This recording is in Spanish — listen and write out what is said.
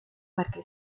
parque